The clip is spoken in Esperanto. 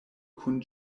kun